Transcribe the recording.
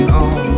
on